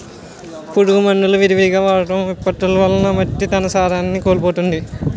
పురుగు మందులు విరివిగా వాడటం, విపత్తులు వలన మట్టి తన సారాన్ని కోల్పోతుంది